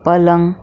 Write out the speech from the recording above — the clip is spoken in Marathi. पलंग